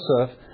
Joseph